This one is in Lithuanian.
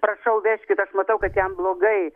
prašau vežkit aš matau kad jam blogai